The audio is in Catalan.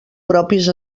propis